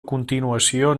continuació